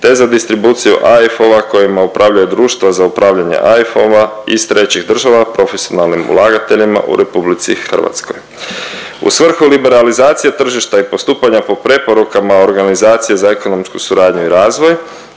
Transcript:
te za distribuciju AIF-ova kojima upravljaju društva za upravljanje AIF-ova iz trećih država profesionalnim ulagateljima u RH. U svrhu liberalizacije tržišta i postupanja po preporukama organizacije za ekonomsku suradnju i razvoj,